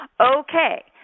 Okay